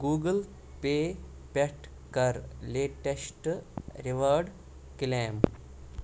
Google پے پٮ۪ٹھ کَر لیٹیسٹہٕ ریواڑ کٕلیم